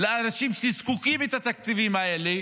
עם אנשים שזקוקים לתקציבים האלה,